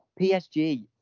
PSG